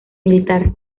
militar